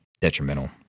detrimental